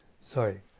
sorry